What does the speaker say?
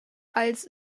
als